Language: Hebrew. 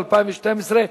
התשע"ב 2012,